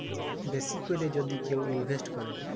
বেশি ক্যরে যদি কেউ টাকা ইলভেস্ট ক্যরে